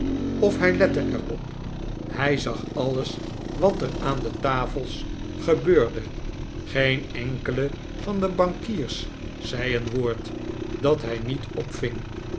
of hij lette er in de speeltent op hij zag alles wat er aan de tafels gebeurde geen enkele van de bankiers zei een woord dat hij niet opving